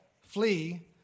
flee